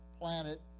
planet